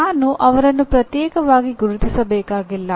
ನಾನು ಅವರನ್ನು ಪ್ರತ್ಯೇಕವಾಗಿ ಗುರುತಿಸಬೇಕಾಗಿಲ್ಲ